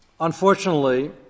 Unfortunately